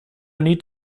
nit